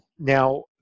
Now